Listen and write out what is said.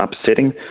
upsetting